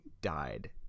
died